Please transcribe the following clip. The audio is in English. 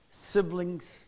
siblings